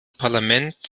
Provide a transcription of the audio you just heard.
parlament